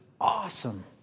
awesome